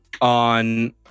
on